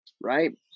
right